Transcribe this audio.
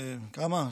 כמה?